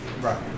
Right